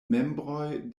membroj